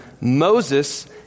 Moses